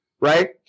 right